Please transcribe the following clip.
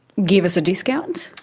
give us a discount?